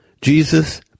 Jesus